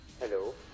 Hello